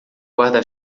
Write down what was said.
guarda